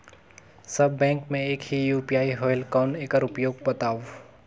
सब bank मे एक ही यू.पी.आई होएल कौन एकर उपयोग बताव?